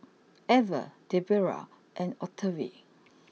Elva Debera and Octavie